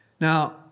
Now